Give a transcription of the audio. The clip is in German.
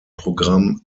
programm